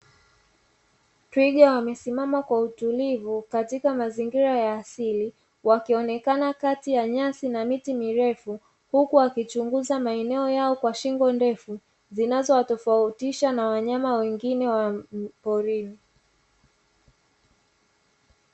Twiga wamesimama kwa utulivu katika mazingira ya asili wakionekana kati ya nyasi na miti mirefu, huku wakichunguza maeneo yao kwa shingo ndefu zinazowatofautisha na wanyama wengine wa porini.